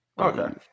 okay